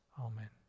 Amen